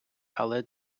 але